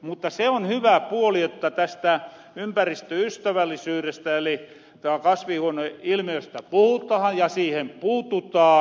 mutta se on hyvä puoli jotta tästä ympäristöystävällisyyrestä ja kasvihuoneilmiöstä puhutahan ja siihen puututaan